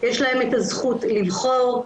יש את הזכות לבחור,